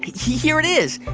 here it is.